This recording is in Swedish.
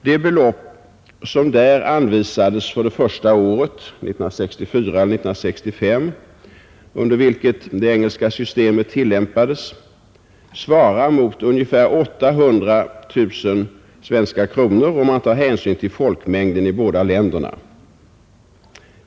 Det belopp som där anvisades för det första året 1964—1965, under vilket det engelska systemet tillämpades, svarar mot ungefär 800 000 svenska kronor, om man tar hänsyn till folkmängden i båda länderna.